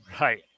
Right